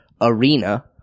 Arena